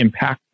impactful